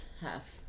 half